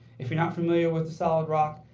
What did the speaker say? if you're not familiar with the solid rock,